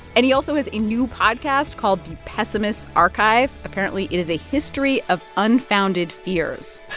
and he also has a new podcast called the pessimists archive. apparently, it is a history of unfounded fears.